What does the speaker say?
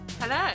Hello